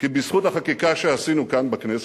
כי בזכות החקיקה שעשינו כאן בכנסת,